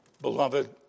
Beloved